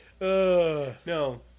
No